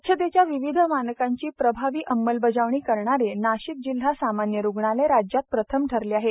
स्वच्छतेच्या विविध मानकांची प्रभावी अंमलबजावणी करणारे नाशिक जिल्हा सामान्य रुग्णालय राज्यात प्रथम ठरले आहे